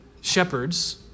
Shepherds